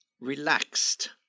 relaxed